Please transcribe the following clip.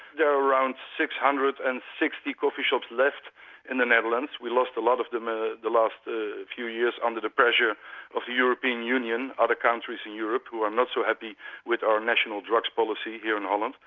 there are around six hundred and sixty coffee shops left in the netherlands we lost a lot of them ah the the last few years under the pressure of the european union, other countries in europe who are not so happy with our national drugs policy here in holland.